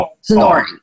snoring